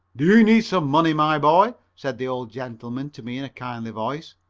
do you need some money, my boy? said the old gentleman to me in a kindly voice.